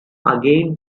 again